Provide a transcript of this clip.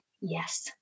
yes